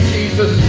Jesus